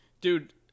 Dude